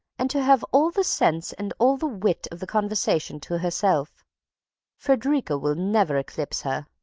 and to have all the sense and all the wit of the conversation to herself frederica will never eclipse her.